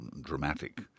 dramatic